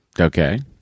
Okay